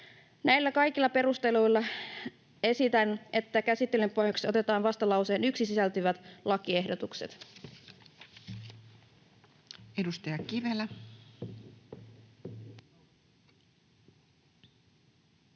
Näillä kaikilla perusteluilla esitän, että käsittelyn pohjaksi otetaan vastalauseeseen 1 sisältyvät lakiehdotukset. Edustaja Kivelä. Arvoisa